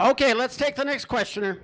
ok let's take the next question